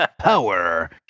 power